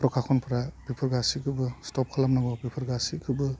प्रकानफ्रा बेफोर गासिखौबो स्टप खालामनांगौ बेफोर गासैखौबो